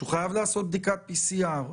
שהוא חייב לעשות בדיקת PCR,